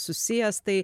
susijęs tai